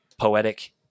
poetic